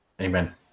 amen